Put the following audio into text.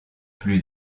plus